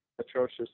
atrocious